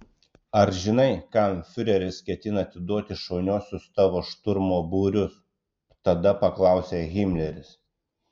ar žinai kam fiureris ketina atiduoti šauniuosius tavo šturmo būrius tada paklausė himleris